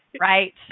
Right